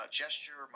gesture